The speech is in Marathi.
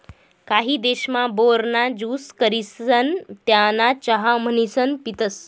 काही देशमा, बोर ना ज्यूस करिसन त्याना चहा म्हणीसन पितसं